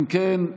אם כן,